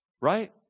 Right